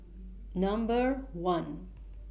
Number one